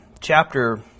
chapter